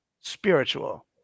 spiritual